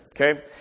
Okay